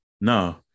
no